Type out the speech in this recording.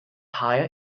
higher